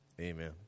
Amen